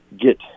get